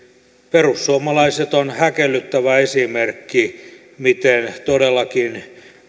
perussuomalaiset on häkellyttävä esimerkki siitä miten todellakin